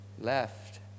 left